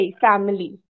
family